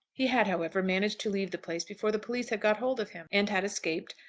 he had, however, managed to leave the place before the police had got hold of him, and had escaped,